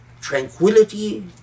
tranquility